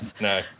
no